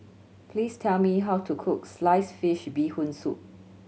please tell me how to cook sliced fish Bee Hoon Soup